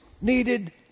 needed